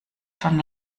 schon